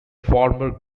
former